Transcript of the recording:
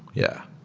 yeah.